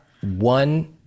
one